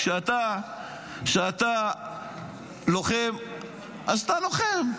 כשאתה לוחם אז אתה לוחם,